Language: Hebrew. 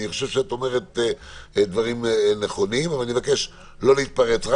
אני חושב שאת אומרת דברים נכונים אבל אני מבקש לא להתפרץ,